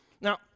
Now